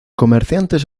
comerciantes